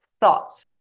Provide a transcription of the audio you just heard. thoughts